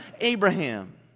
Abraham